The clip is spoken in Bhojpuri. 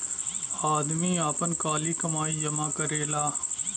आदमी आपन काली कमाई जमा करेला